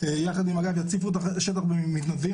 יחד עם מג"ב, יציפו את השטח במתנדבים.